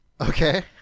Okay